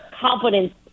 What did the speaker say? confidence